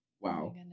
Wow